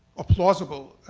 ah plausible,